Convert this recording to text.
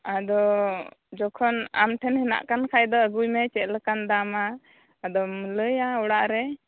ᱟᱫᱚ ᱡᱚᱠᱷᱚᱱ ᱟᱢᱴᱷᱮᱱ ᱦᱮᱱᱟᱜ ᱠᱟᱱ ᱠᱷᱟᱱ ᱫᱚ ᱟᱜᱩᱭ ᱢᱮ ᱪᱮᱜ ᱞᱮᱠᱟᱱ ᱫᱟᱢᱟ ᱟᱫᱚᱢ ᱞᱟᱹᱭᱟ ᱚᱲᱟᱜ ᱨᱮ